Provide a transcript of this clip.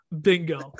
Bingo